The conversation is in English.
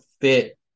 fit